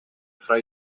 fra